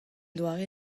doare